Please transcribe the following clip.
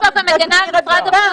את יושבת פה ומגנה על משרד הבריאות?